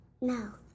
No